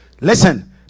Listen